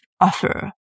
offer